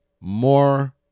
more